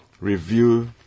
review